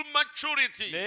maturity